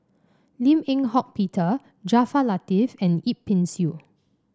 Lim Eng Hock Peter Jaafar Latiff and Yip Pin Xiu